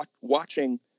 watching